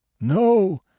No